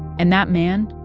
and that man